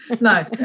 No